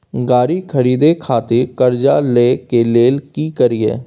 गाड़ी खरीदे खातिर कर्जा लिए के लेल की करिए?